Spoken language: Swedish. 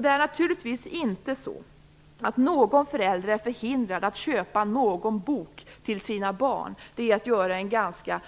Det är naturligtvis inte så att någon förälder är förhindrad att köpa någon bok till sina barn. Att säga det är att göra en ganska